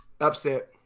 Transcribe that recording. Upset